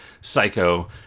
psycho